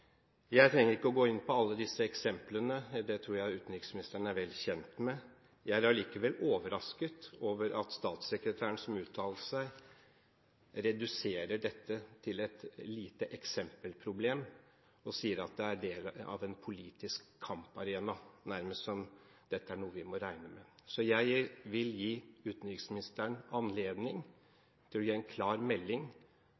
tror jeg utenriksministeren er vel kjent med. Jeg er allikevel overrasket over at statssekretæren som uttalte seg, reduserer dette til et lite eksempelproblem og sier at det er del av en politisk kamparena, nærmest som om dette er noe vi må regne med. Jeg vil gi utenriksministeren anledning